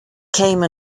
came